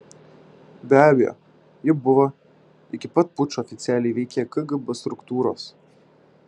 be abejo ji buvo iki pat pučo oficialiai veikė kgb struktūros